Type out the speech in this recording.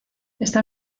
esta